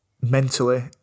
mentally